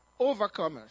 overcomers